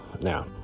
now